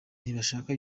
ntibashaka